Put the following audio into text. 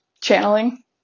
channeling